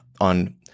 on